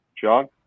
John